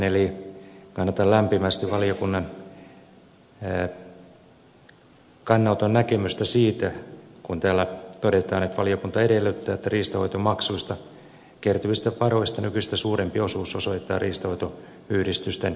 eli kannatan lämpimästi valiokunnan kannanoton näkemystä kun täällä todetaan että valiokunta edellyttää että riistanhoitomaksuista kertyvistä varoista nykyistä suurempi osuus osoitetaan riistanhoitoyhdistysten menoihin